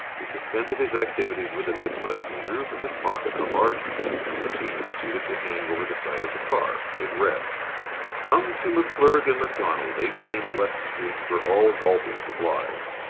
he suspended his activities with the niblick, and drew from his pocket a large poster, which he proceeded to hang over the side of the car. it read come to mcclurg and macdonald, eighteen, west street, for all golfing supplies.